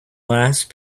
last